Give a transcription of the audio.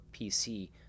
PC